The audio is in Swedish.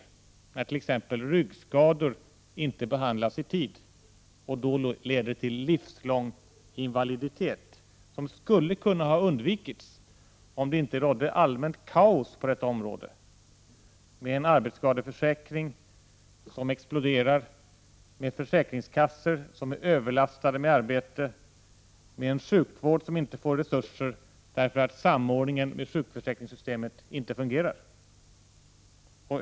Det gäller t.ex. ryggskador som inte behandlas i tid och som därför leder till livslång invaliditet, något som hade kunnat undvikas, om det inte hade rått allmänt kaos på detta område med en arbetsskadeförsäkring som exploderar, med försäkringskassor som är överlastade med arbete och med en sjukvård som inte får resurser därför att samordningen med sjukförsäkringssystemet inte fungerar.